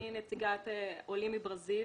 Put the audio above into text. אני נציגת עולים מברזיל.